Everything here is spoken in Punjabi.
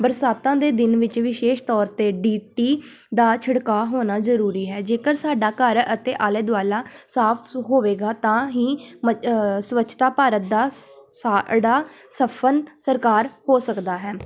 ਬਰਸਾਤਾਂ ਦੇ ਦਿਨ ਵਿੱਚ ਵਿਸ਼ੇਸ਼ ਤੌਰ 'ਤੇ ਡੀ ਟੀ ਦਾ ਛਿੜਕਾਅ ਹੋਣਾ ਜ਼ਰੂਰੀ ਹੈ ਜੇਕਰ ਸਾਡਾ ਘਰ ਅਤੇ ਆਲੇ ਦੁਆਲਾ ਸਾਫ ਸੁ ਹੋਵੇਗਾ ਤਾਂ ਹੀ ਮੱ ਸਵੱਛਤਾ ਭਾਰਤ ਦਾ ਸਾਡਾ ਸਫਨ ਸਾਕਾਰ ਹੋ ਸਕਦਾ ਹੈ